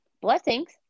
Blessings